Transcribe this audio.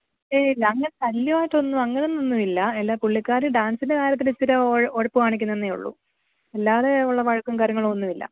ഏയ് ഇല്ല അങ്ങനെ ശല്യമായിട്ടൊന്നും അങ്ങനെ ഒന്നുമില്ല എല്ലാം പുള്ളിക്കാരി ഡാൻസിൻ്റെ കാര്യത്തില് ഇച്ചിരെ ഒ ഉഴപ്പ് കാണിക്കുന്നെന്നേ ഉള്ളൂ അല്ലാതെയുള്ള വഴക്കും കാര്യങ്ങളോ ഒന്നുമില്ല